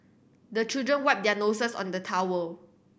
the children wipe their noses on the towel